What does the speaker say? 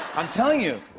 i'm telling you!